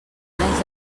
anys